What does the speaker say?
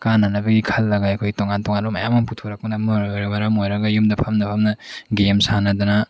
ꯀꯥꯟꯅꯅꯕꯒꯤ ꯈꯜꯂꯒ ꯑꯩꯈꯣꯏ ꯇꯣꯉꯥꯟ ꯇꯣꯉꯥꯟꯕ ꯃꯌꯥꯝ ꯄꯨꯊꯣꯔꯛꯄꯅ ꯃꯔꯝ ꯑꯣꯏꯔꯒ ꯌꯨꯝꯗ ꯐꯝꯅ ꯐꯝꯅ ꯒꯦꯝ ꯁꯥꯟꯅꯗꯅ